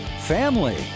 family